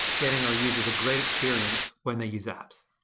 getting our users a great experience when they use apps.